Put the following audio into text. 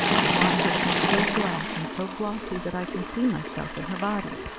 i want her to be so black and so glossy that i can see myself in her body.